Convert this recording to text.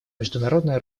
международное